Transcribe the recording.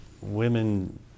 women